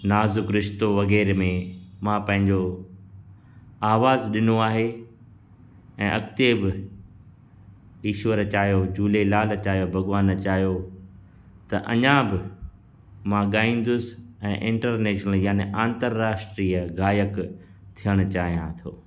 नाज़ुक रिशतो वग़ैरह में मां पंहिंजो आवाज़ु ॾिनो आहे ऐं अॻिते बि ईश्वर चाहियो झूलेलाल चाहियो भॻवान चाहियो त अञा बि मां ॻाईंदुसि ऐं इंटरनेशनल याने अंतर्राष्ट्रीयअ गायक थियणु चाहियां थो